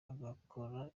agakora